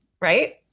Right